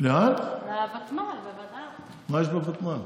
מה יש בוותמ"ל?